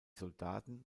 soldaten